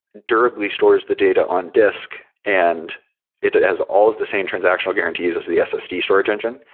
durably stores the data on disk and it has all of the same transactional guarantees as the ssd storage engine.